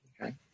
Okay